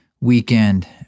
weekend